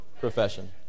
profession